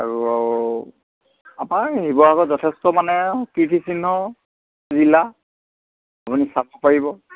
আৰু আমাৰ শিৱসাগৰত যথেষ্ট মানে আৰু কীৰ্তিচিহ্নবিলাক আপুনি চাব পাৰিব